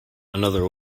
another